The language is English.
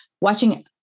watching